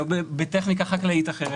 או באזור אקלים אחר או בטכניקה חקלאית אחרת.